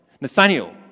Nathaniel